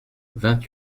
vingt